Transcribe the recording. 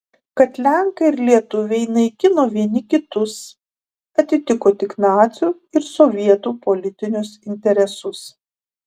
kad lenkai ir lietuviai naikino vieni kitus atitiko tik nacių ir sovietų politinius interesus